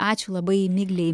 ačiū labai miglei